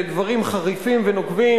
דברים חריפים ונוקבים,